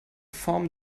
form